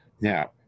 Now